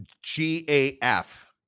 G-A-F